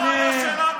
חבר הכנסת אבוטבול.